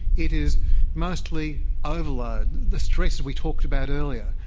it is mostly overload. the stresses we talked about earlier,